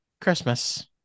Christmas